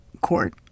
court